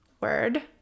word